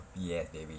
yes david